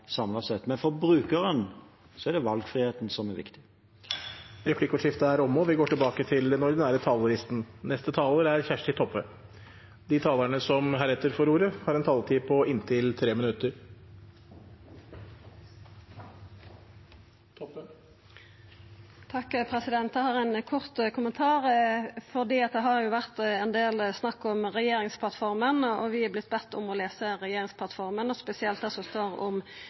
sett. Men for brukeren er det valgfriheten som er viktig. Replikkordskiftet er omme. De talere som heretter får ordet, har en taletid på inntil 3 minutter. Eg har ein kort kommentar. Det har vore ein del snakk om regjeringsplattforma, og vi har vorte bedne om å lesa ho, spesielt det som står om